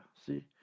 See